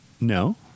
No